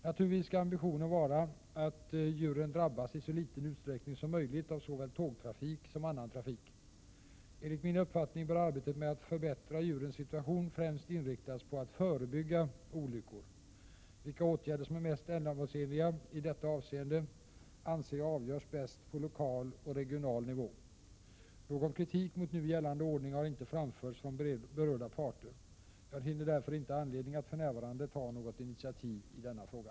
Naturligtvis skall ambitionen vara att djuren drabbas i så liten utsträckning som möjligt av såväl tågtrafik som annan trafik. Enligt min uppfattning bör arbetet med att förbättra djurens situation främst inriktas på att förebygga olyckor. Vilka åtgärder som är mest ändamålsenliga i detta avseende anser jag avgörs bäst på lokal och regional nivå. Någon kritik mot nu gällande ordning har inte framförts från berörda parter. Jag finner därför inte anledning att för närvarande ta något initiativ i denna fråga.